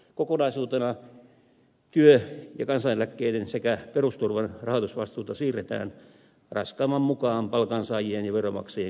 kokonaisuutena työ ja kansaneläkkeiden sekä perusturvan rahoitusvastuuta siirretään raskaimman mukaan palkansaajien ja veronmaksajien kannettavaksi